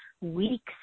weeks